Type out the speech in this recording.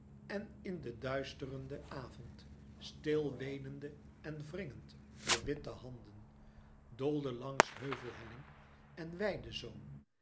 en in den duisterenden avond stil weenende en wringend de witte handen doolde langs heuvelhelling en weide zoom